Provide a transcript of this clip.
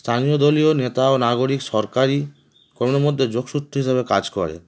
স্থানীয় দলীয় নেতা ও নাগরিক সরকারি কর্মীর মধ্যে যোগ সূত্র হিসাবে কাজ করে